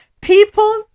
people